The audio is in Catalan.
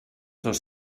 dos